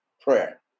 prayer